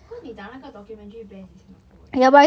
because 你讲那个 documentary banned in singapore eh